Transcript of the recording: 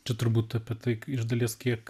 čia turbūt apie tai iš dalies kiek